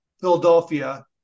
Philadelphia